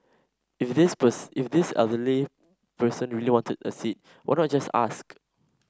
if this if this elderly person really wanted a seat why not just ask